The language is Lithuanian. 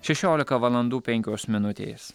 šešiolika valandų penkios minutės